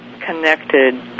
connected